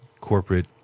corporate